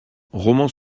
romans